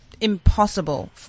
Impossible